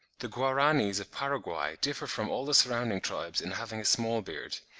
the guaranys of paraguay differ from all the surrounding tribes in having a small beard,